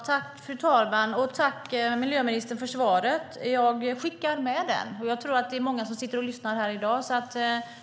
Fru talman! Tack, miljöministern, för svaret! Jag skickar det vidare - jag tror att många sitter och lyssnar i dag.